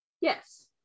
Yes